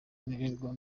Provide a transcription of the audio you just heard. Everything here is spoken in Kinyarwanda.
nirirwa